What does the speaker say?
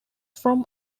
from